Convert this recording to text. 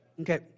Okay